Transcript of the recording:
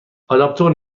آداپتور